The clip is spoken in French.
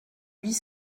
huit